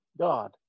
God